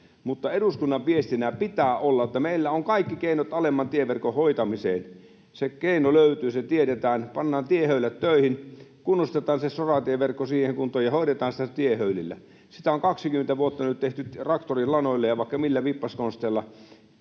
mutta eduskunnan viestinä pitää olla, että meillä on kaikki keinot alemman tieverkon hoitamiseen. Se keino löytyy, se tiedetään, pannaan tiehöylät töihin, kunnostetaan se soratieverkko siihen kuntoon ja hoidetaan sitä tiehöylillä. Sitä on 20 vuotta nyt tehty traktorin lanoilla ja vaikka millä vippaskonsteilla,